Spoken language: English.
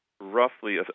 roughly